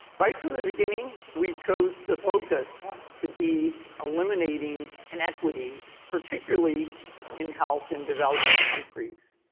right from the beginning, we chose the focus to be eliminating inequities, particularly in health in developing countries.